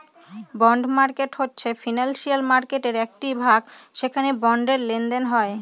bond market হচ্ছে financial মার্কেটের একটি ভাগ যেখানে বন্ডের লেনদেন হয়